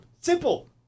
Simple